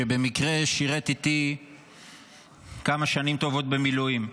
שבמקרה שירת איתי כמה שנים טובות במילואים.